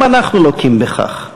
גם אנחנו לוקים בכך.